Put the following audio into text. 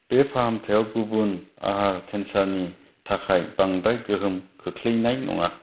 बे फाहामथाया गुबुन आहार केन्सारनि थाखाय बांद्राय गोहोम खोख्लैनाय नङा